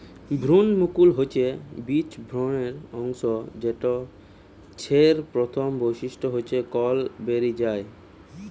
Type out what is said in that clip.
ভ্রূণমুকুল হচ্ছে বীজ ভ্রূণের অংশ যেটা ছের প্রথম বৈশিষ্ট্য হচ্ছে কল বেরি যায়